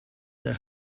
the